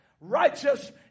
Righteous